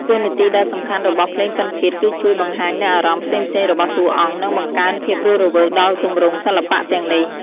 តួនាទីដ៏សំខាន់របស់ភ្លេងពិណពាទ្យគឺជួយបង្ហាញនូវអារម្មណ៍ផ្សេងៗរបស់តួអង្គ និងបង្កើនភាពរស់រវើកដល់ទម្រង់សិល្បៈទាំងនេះ។